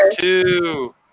Two